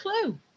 clue